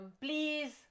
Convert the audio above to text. please